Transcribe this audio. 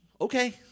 Okay